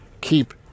keep